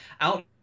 out